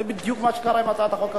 זה בדיוק מה שקרה עם הצעת החוק הזאת.